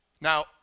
Now